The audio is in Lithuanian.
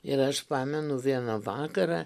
ir aš pamenu vieną vakarą